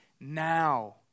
now